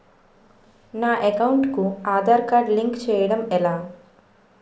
నా అకౌంట్ కు Aadhaar card link చేయడం ఎలా?